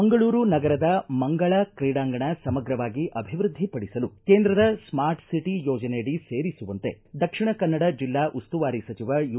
ಮಂಗಳೂರು ನಗರದ ಮಂಗಳ ಕ್ರೀಡಾಂಗಣ ಸಮಗ್ರವಾಗಿ ಅಭಿವೃದ್ಧಿಪಡಿಸಲು ಕೇಂದ್ರದ ಸ್ಮಾರ್ಟ್ ಸಿಟಿ ಯೋಜನೆಯಡಿ ಸೇರಿಸುವಂತೆ ದಕ್ಷಿಣ ಕನ್ನಡ ಜಿಲ್ಲಾ ಉಸ್ತುವಾರಿ ಸಚಿವ ಯು